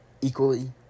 equally